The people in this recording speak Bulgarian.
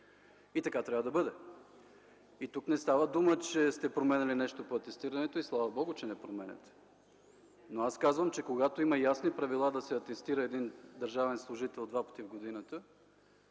а от 1999 г. Тук не става дума, че сте променяли нещо по атестирането. Слава Богу, че не променяте. Но аз казвам, че когато има ясни правила да се атестира един държавен служител два пъти в годината,